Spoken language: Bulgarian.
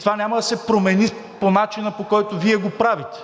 Това няма да се промени по начина, по който Вие го правите